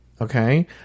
Okay